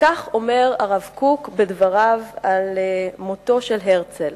וכך אומר הרב קוק בדבריו על מותו של הרצל: